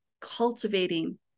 cultivating